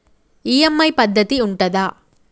EMI పద్ధతి ఉంటదా?